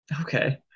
Okay